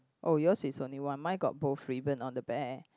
oh yours is only one mine got both ribbon on the back